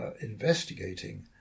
investigating